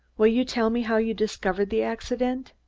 will you tell me how you discovered the accident?